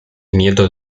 nieto